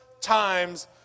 times